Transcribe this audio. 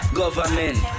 government